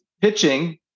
pitching